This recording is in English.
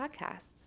podcasts